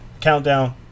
countdown